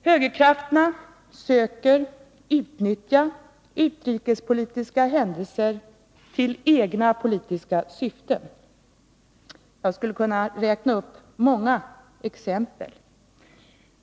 Högerkrafterna försöker utnyttja utrikespolitiska händelser för egna politiska syften. Jag skulle kunna räkna upp många exempel på detta.